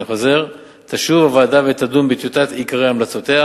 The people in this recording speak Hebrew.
אני חוזר: תשוב הוועדה ותדון בטיוטת עיקרי המלצותיה